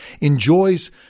enjoys